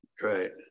right